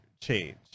change